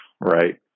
right